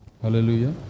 Hallelujah